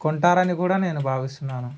కొంటారని కూడా నేను భావిస్తున్నాను